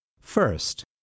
First